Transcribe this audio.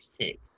six